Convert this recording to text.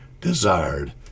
desired